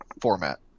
format